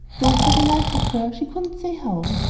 though for the life of her she couldn't say how.